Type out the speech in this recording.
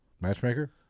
Matchmaker